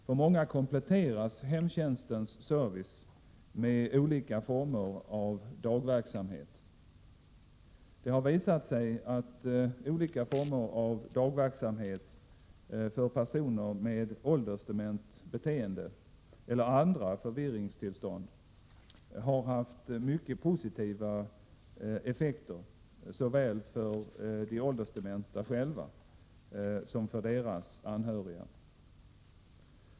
För många kompletteras hemtjänstens service med olika former av dagverksamhet. Det har visat sig att olika former av dagverksamhet för personer med åldersdement beteende eller andra förvirringstillstånd har haft mycket positiva effekter, såväl för de åldersdementa själva som för deras anhöriga.